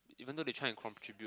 even though they try and contribute